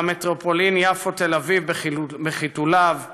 על המטרופולין יפו-תל אביב בחיתוליו,